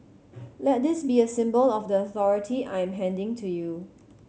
let this be a symbol of the authority I am handing to you